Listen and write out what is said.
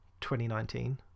2019